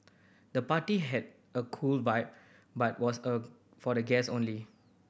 the party had a cool vibe but was a for the guest only